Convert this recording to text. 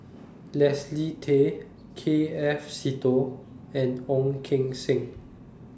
Leslie Tay K F Seetoh and Ong Keng Sen